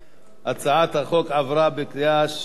הצעת החוק עברה בקריאה שלישית,